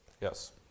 Yes